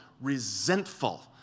resentful